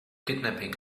kidnapping